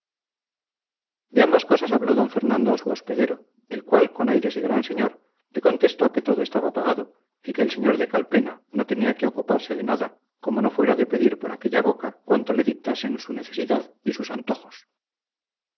de ambas cosas habló d fernando a su hospedero el cual con aires de gran señor le contestó que todo estaba pagado y que el sr de calpena no tenía que ocuparse de nada como no fuera de pedir por aquella boca cuanto le dictasen su necesidad y sus antojos